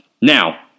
Now